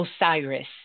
Osiris